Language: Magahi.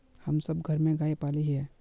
हम सब घर में गाय पाले हिये?